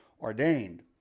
ordained